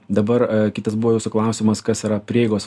dabar kitas buvo jūsų klausimas kas yra prieigos